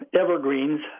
evergreens